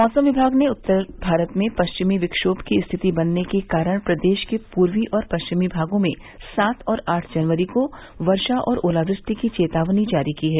मौसम विभाग ने उत्तर भारत में पश्चिमी विक्षोम की स्थिति बनने के कारण प्रदेश के पूर्वी और पश्चिमी भागों में सात और आठ जनवरी को वर्षा और ओलावृष्टि की चेतावनी जारी की है